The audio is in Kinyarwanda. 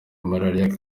malariya